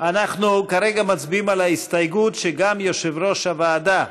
כרגע אנחנו מצביעים על הסתייגות שגם יושב-ראש הוועדה,